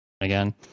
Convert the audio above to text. Again